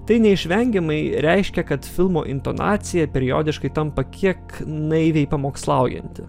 tai neišvengiamai reiškia kad filmo intonacija periodiškai tampa kiek naiviai pamokslaujanti